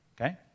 Okay